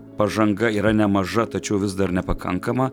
pažanga yra nemaža tačiau vis dar nepakankama